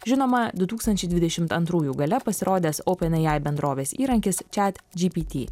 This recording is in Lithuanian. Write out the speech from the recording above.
žinoma du tūkstančiai dvidešimt antrųjų gale pasirodęs open ai bendrovės pasirodęs įrankis chat gpt